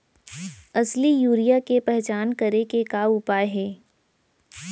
असली यूरिया के पहचान करे के का उपाय हे?